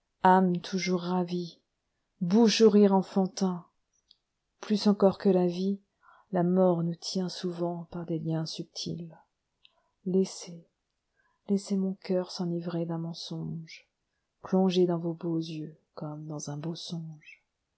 toujours ravie bouche au rire enfantin plus encor que la vie la mort nous tient souvent par des liens subtils laissez laissez mon cœur s'enivrer d'un mensonge plonger dans vos beaux yeux comme dans un beau songe